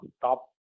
Top